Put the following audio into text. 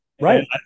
Right